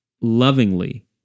lovingly